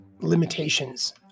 limitations